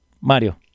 mario